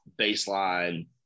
baseline